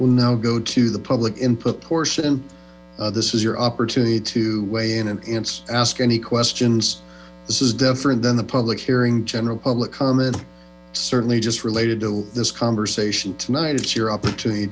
will now go to the public input portion this is your opportunity to weigh in and ask any questions this is different than the public hearing general public certainly just related to this conversation tonight it's your opportunity